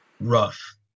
Rough